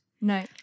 No